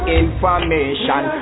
information